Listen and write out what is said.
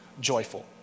joyful